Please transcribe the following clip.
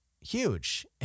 huge